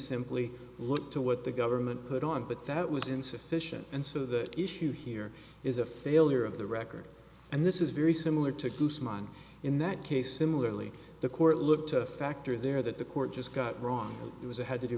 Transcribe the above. simply look to what the government put on but that was insufficient and so the issue here is a failure of the record and this is very similar to mine in that case similarly the court looked at a factor there that the court just got wrong it was a had to do